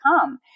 come